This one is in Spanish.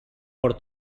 por